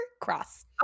Cross